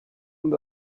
und